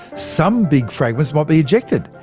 some big fragments might be ejected,